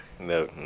No